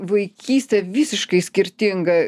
vaikystė visiškai skirtinga